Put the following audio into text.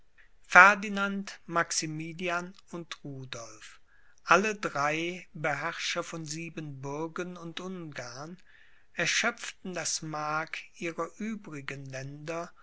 ferdinand maximilian und rudolph alle drei beherrscher von siebenbürgen und ungarn erschöpften das mark ihrer übrigen länder